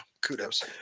kudos